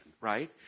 right